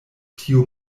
tiu